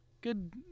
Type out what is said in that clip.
good